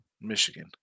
Michigan